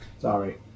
Sorry